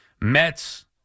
Mets